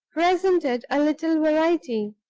presented a little variety.